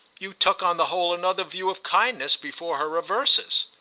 you took, on the whole, another view of kindness before her reverses.